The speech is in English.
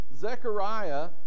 Zechariah